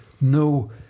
no